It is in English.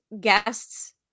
guests